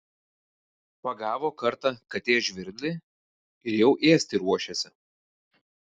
pagavo kartą katė žvirblį ir jau ėsti ruošiasi